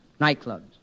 nightclubs